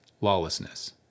Lawlessness